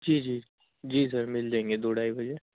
جی جی جی سر مِل جائیں گے دو ڈھائی بجے